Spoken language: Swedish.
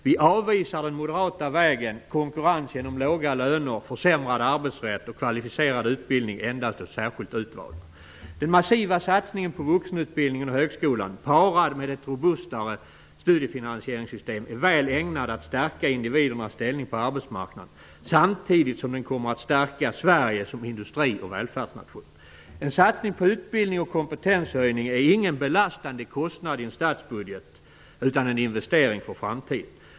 Vi avvisar den moderata vägen som innebär konkurrens genom låga löner, försämrad arbetsrätt och kvalificerad utbildning endast åt särskilt utvalda. Den massiva satsningen på vuxenutbildningen och högskolan parad med ett robustare studiefinansieringssystem är väl ägnad att stärka individernas ställning på arbetsmarknaden samtidigt som den kommer att stärka Sverige som industri och välfärdsnation. En satsning på utbildning och kompetenshöjning är ingen belastande kostnad i en statsbudget utan en investering för framtiden.